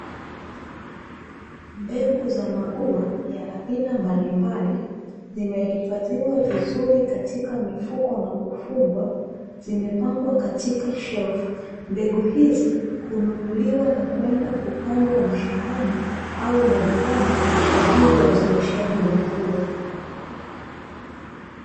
Mbegu za maua ya aina mbalimbali, zimehifadhiwa vizuri katika mifuko na kufungwa, zimepangwa katika shelfu. Mbegu hizi hununuliwa, na kwenda kupandwa mashambani au majumbani, kwa ajili ya uzalishaji wa maua.